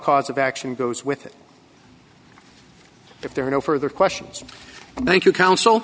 cause of action goes with it if there are no further questions and thank you counsel